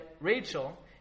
Rachel